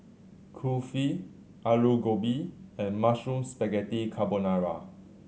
Kulfi Alu Gobi and Mushroom Spaghetti Carbonara